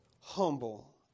Humble